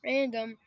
Random